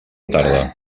tarda